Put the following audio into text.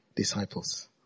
disciples